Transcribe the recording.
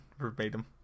verbatim